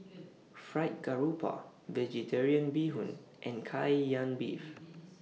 Fried Garoupa Vegetarian Bee Hoon and Kai Lan Beef